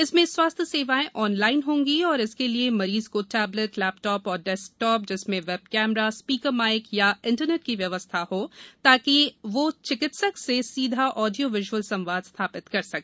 इसमें स्वास्थ्य सेवाएं ऑनलाईन होंगी और इसके लिये मरीज को टेबलेट लेपटॉप या डेस्कटॉप जिसमें वेब केमरा स्पीकर माईक एवं इंटरनेट की थ्य वश्यकता होगी ताकि वह चिकित्सक से सीधा ऑडियो विज्अल संवाद स्थापित कर सके